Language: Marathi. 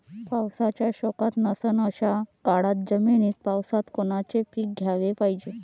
पाण्याचा सोकत नसन अशा काळ्या जमिनीत पावसाळ्यात कोनचं पीक घ्याले पायजे?